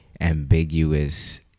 ambiguous